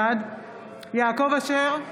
בעד יעקב אשר,